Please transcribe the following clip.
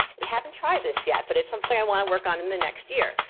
we haven't tried this yet, but it's something i want work on in the next year.